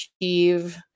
achieve